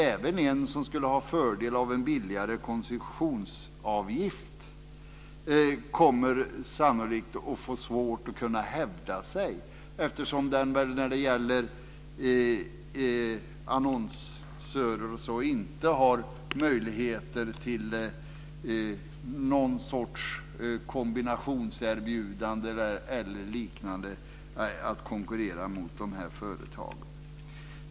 Även någon som skulle ha fördel av en billigare koncessionsavgift kommer sannolikt att få svårt att hävda sig, eftersom vederbörande när det gäller annonsörer inte har möjligheter till kombinationserbjudanden eller liknande för att konkurrera med dessa företag.